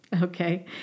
Okay